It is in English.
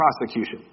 prosecution